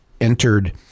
entered